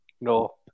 No